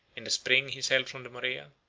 in the spring he sailed from the morea,